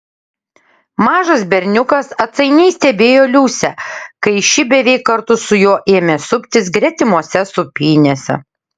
mažas berniukas atsainiai stebėjo liusę kai ši beveik kartu su juo ėmė suptis gretimose sūpynėse